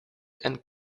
and